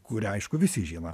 kurią aišku visi žino